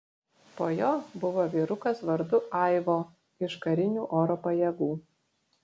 po jo buvo vyrukas vardu aivo iš karinių oro pajėgų